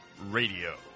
Radio